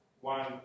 one